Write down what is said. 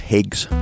Higgs